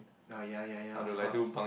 ah ya ya ya of course